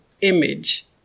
image